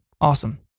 Awesome